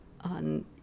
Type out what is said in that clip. on